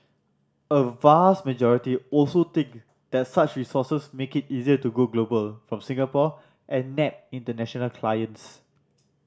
a vast majority also think that such resources make it easier to go global from Singapore and nab international clients